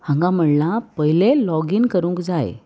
हांगा म्हणलां पयले लॉगीन करूंक जाय